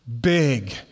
big